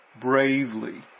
bravely